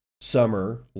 summer